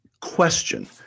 question